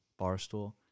Barstool